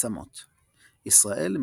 המעצמות ישראל,